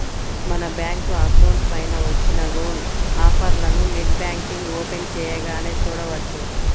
మన bank account పైన వచ్చిన లోన్ ఆఫర్లను నెట్ బ్యాంకింగ్ ఓపెన్ చేయగానే చూడవచ్చు